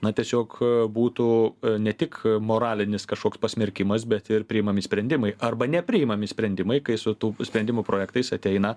na tiesiog būtų ne tik moralinis kažkoks pasmerkimas bet ir priimami sprendimai arba nepriimami sprendimai kai su sprendimų projektais ateina